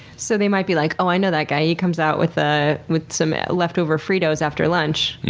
so they might be like, oh i know that guy. he comes out with ah with some leftover fritos after lunch,